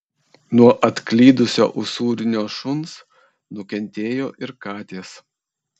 nuo atklydusio usūrinio šuns nukentėjo ir katės